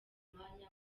umwanya